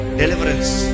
deliverance